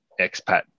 expat